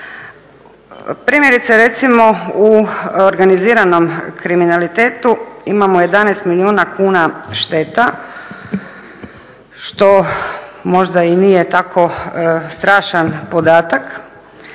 Primjerice recimo u organiziranom kriminalitetu imamo 11 milijuna kuna šteta, što možda i nije tako strašan podatak,